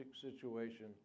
situation